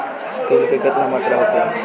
तेल के केतना मात्रा होखे?